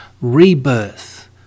rebirth